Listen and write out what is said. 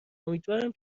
امیدوارم